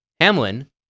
Hamlin